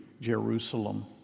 Jerusalem